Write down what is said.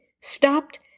stopped